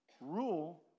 rule